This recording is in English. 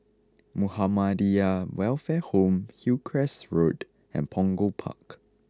Muhammadiyah Welfare Home Hillcrest Road and Punggol Park